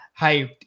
hyped